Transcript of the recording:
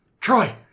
Troy